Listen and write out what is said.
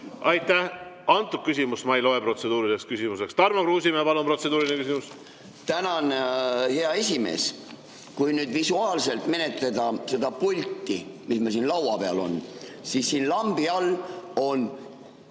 Aitäh! Seda küsimust ma ei loe protseduuriliseks küsimuseks. Tarmo Kruusimäe, palun! Protseduuriline küsimus. Tänan, hea esimees! Kui nüüd visuaalselt menetleda seda pulti, mis meil siin laua peal on, siis siin lambi all on